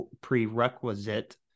prerequisite